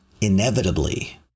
inevitably